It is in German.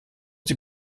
die